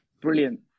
brilliant